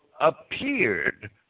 appeared